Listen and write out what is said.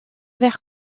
vers